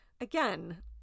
again